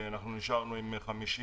אנחנו נשארנו עם 50